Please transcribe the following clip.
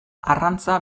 arrantza